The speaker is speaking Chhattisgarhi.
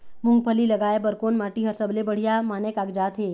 मूंगफली लगाय बर कोन माटी हर सबले बढ़िया माने कागजात हे?